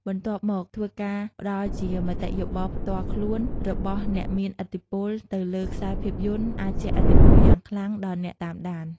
បន្ទាប់មកធ្វើការផ្ដល់ជាមតិយោបល់ផ្ទាល់ខ្លួនរបស់អ្នកមានឥទ្ធិពលទៅលើខ្សែភាពយន្ត អាចជះឥទ្ធិពលយ៉ាងខ្លាំងដល់អ្នកតាមដាន ។